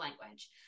language